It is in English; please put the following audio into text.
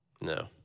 No